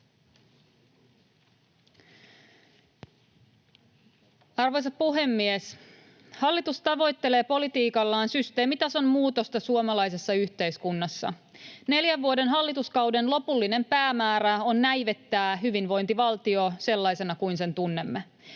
Arvoisa puhemies! Hallitus tavoittelee politiikallaan systeemitason muutosta suomalaisessa yhteiskunnassa. Neljän vuoden hallituskauden lopullinen päämäärä on näivettää hyvinvointivaltio sellaisena kuin sen tunnemme.